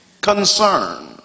concern